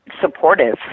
supportive